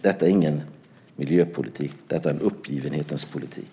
Detta är ingen miljöpolitik, detta är en uppgivenhetens politik.